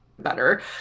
better